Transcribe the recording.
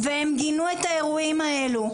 והם גינו את האירועים האלו.